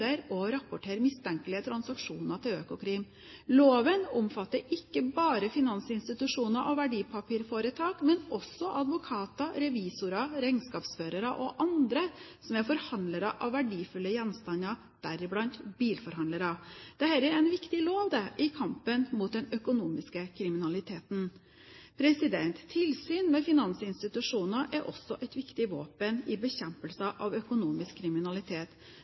og rapportere mistenkelige transaksjoner til Økokrim. Loven omfatter ikke bare finansinstitusjoner og verdipapirforetak, men også advokater, revisorer, regnskapsførere og andre som er forhandlere av verdifulle gjenstander, deriblant bilforhandlere. Dette er en viktig lov i kampen mot den økonomiske kriminaliteten. Tilsyn med finansinstitusjoner er også et viktig våpen i bekjempelsen av økonomisk kriminalitet.